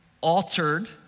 altered